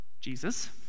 Jesus